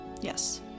yes